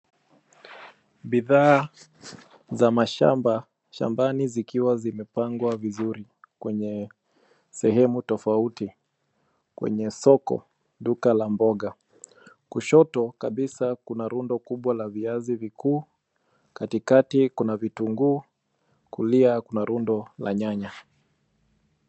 Bidhaa za mashamba, shambani zikiwa zimepangwa vizuri kwenye sehemu tofauti, kwenye soko, duka la mboga. Kushoto kabisa, kuna rundo kubwa la viazi vikuu, katikati kuna vitunguu, kulia kuna rundo, la nyanya.